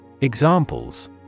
Examples